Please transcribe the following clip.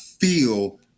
feel